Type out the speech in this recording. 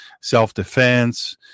self-defense